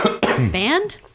Band